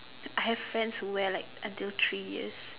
I have friends who wear until like three years